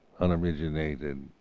unoriginated